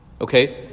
Okay